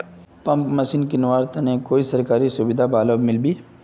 Pump machine किनवार तने कोई सरकारी सुविधा बा लव मिल्बी?